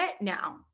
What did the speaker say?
now